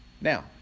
Now